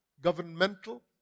governmental